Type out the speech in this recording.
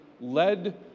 led